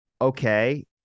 okay